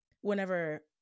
whenever